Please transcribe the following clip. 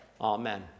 Amen